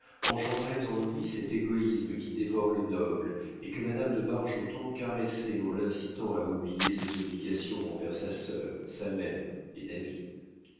engendraient en lui cet égoïsme qui dévore le noble et que madame de bargeton caressait en l'incitant à oublier ses obligations envers sa sœur sa mère et david